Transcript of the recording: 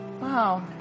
Wow